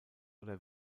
oder